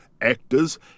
actors